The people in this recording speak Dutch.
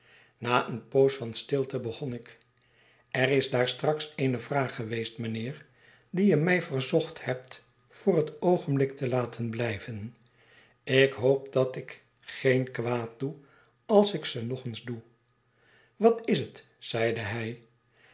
na een poos van stilte begon ik er is daar straks eene vraag geweest mijnheer die je mij verzocht hebt voor het oogenblik te laten blijven ik hoop dat ik geen kwaad doe als ik ze nu nog eens doe wat is het zeide hij